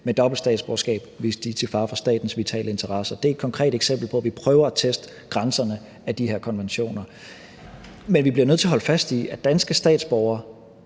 med dobbelt statsborgerskab, hvis de er til fare for statens vitale interesser, og det er et konkret eksempel på, at vi prøver at teste grænserne for de her konventioner. Men vi bliver nødt til at holde fast i, at danske statsborgere,